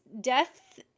death